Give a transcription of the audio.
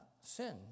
sin